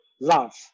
love